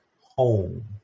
home